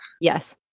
Yes